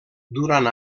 durant